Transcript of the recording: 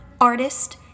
artist